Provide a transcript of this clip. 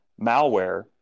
malware